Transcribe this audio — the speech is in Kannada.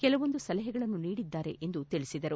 ಕೆಲವೊಂದು ಸಲಹೆಗಳನ್ನು ನೀಡಿದ್ದಾರೆ ಎಂದು ತಿಳಿಸಿದರು